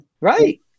Right